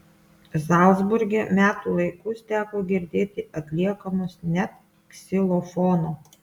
zalcburge metų laikus teko girdėti atliekamus net ksilofono